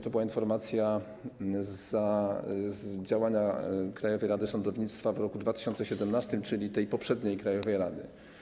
To była informacja o działaniu Krajowej Rady Sądownictwa w roku 2017, czyli tej poprzedniej krajowej rady.